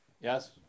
yes